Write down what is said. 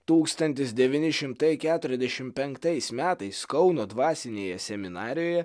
tūkstantis devyni šimtai keturiasdešimt penktais metais kauno dvasinėje seminarijoje